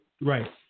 Right